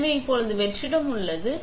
எனவே இப்போது வெற்றிடம் உள்ளது